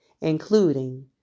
including